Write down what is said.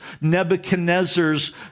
Nebuchadnezzar's